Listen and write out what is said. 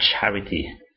charity